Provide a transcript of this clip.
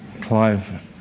Clive